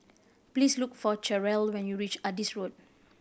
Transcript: please look for Cheryll when you reach Adis Road